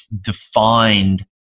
defined